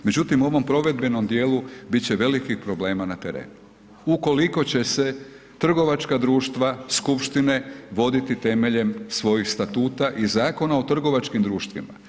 Međutim, u ovom provedbenom dijelu bit će velikih problema na terenu ukoliko će se trgovačka društva skupštine voditi temeljem svojih Statuta i Zakona o trgovačkim društvima.